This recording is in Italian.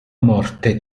morte